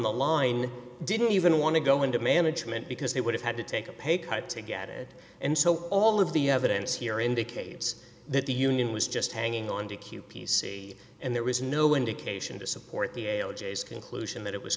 the line didn't even want to go into management because they would have had to take a pay cut to get it and so all of the evidence here indicates that the union was just hanging on to q p c and there was no indication to support the a o jay's conclusion that it was